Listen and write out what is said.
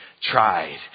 tried